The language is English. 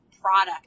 product